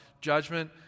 judgment